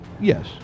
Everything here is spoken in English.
Yes